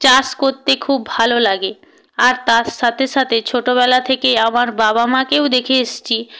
চাষ করতে খুব ভালো লাগে আর তার সাথে সাথে ছোটবেলা থেকেই আমার বাবা মাকেও দেখে এসেছি